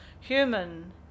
Human